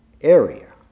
area